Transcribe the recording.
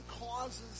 causes